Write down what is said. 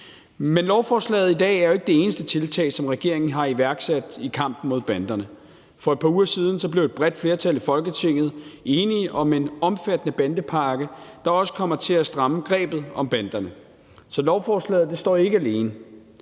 Men lovforslaget i dag er jo ikke det eneste tiltag, som regeringen har iværksat i kampen mod banderne. For et par uger den blev et bredt flertal i Folketinget enige om en omfattende bandepakke, der også kommer til at stramme grebet om banderne. Så lovforslaget står ikke alene,